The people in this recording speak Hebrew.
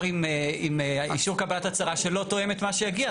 עם אישור קבלת הצהרה שלא תואם את מה שיגיע,